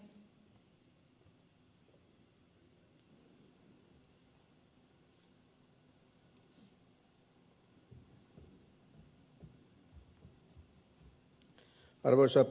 arvoisa puhemies